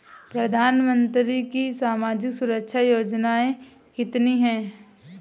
प्रधानमंत्री की सामाजिक सुरक्षा योजनाएँ कितनी हैं?